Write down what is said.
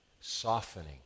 softening